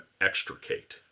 extricate